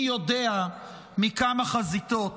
מי יודע מכמה חזיתות,